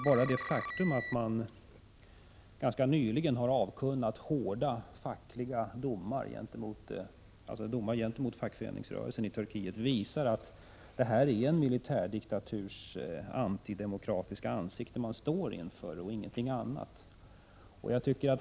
Bara det faktum att man i Turkiet ganska nyligen har avkunnat hårda domar gentemot fackföreningsrörelsen visar att det är en militärdiktaturs antidemokratiska ansikte man står inför och ingenting annat.